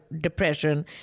depression